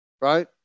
Right